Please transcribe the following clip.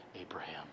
Abraham